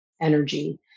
energy